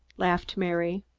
laughed mary.